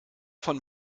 von